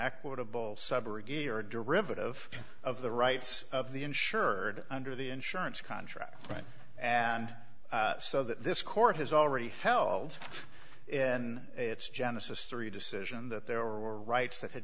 your derivative of the rights of the insured under the insurance contract right and so that this court has already held in its genesis three decision that there were rights that had